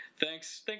thanks